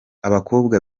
abakobwa